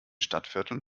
stadtvierteln